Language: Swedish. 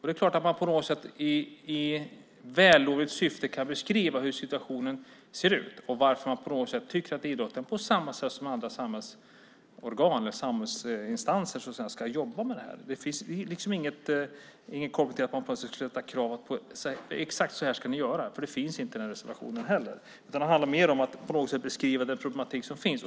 Det är klart att man på något sätt i vällovligt syfte kan beskriva hur situationen ser ut och varför man tycker att idrotten på samma sätt som andra samhällsinstanser ska jobba med det här. Där finns ingen koppling till att man plötsligt ska ställa krav och säga att exakt så här ska ni göra. Det finns det inte i reservationen heller. Den handlar mer om att beskriva den problematik som finns.